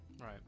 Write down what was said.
right